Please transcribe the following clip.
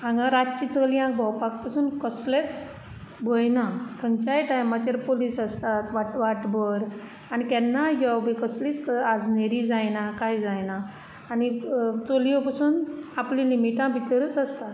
हांगा रातचें चलयांक भोंवपाक पसून कसलेंच भंय ना खंयच्याय टायमाचेर पुलीस आसतात वाट वाटभर आनी केन्नाय यो बी कसलीच आजनेरी जायना कांय जायना आनी चलयो बसून आपल्या लिमिटा भितरूच आसतात